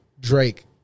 Drake